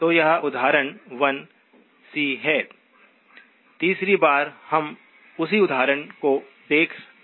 तो यह उदाहरण 1 सी है तीसरी बार हम उसी उदाहरण को देख रहे हैं